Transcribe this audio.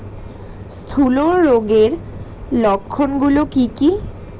হূলো রোগের লক্ষণ গুলো কি কি?